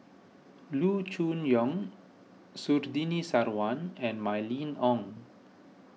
Loo Choon Yong Surtini Sarwan and Mylene Ong